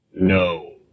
No